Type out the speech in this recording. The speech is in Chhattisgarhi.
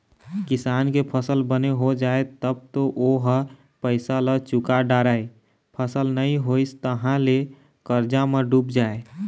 किसान के फसल बने हो जाए तब तो ओ ह पइसा ल चूका डारय, फसल नइ होइस तहाँ ले करजा म डूब जाए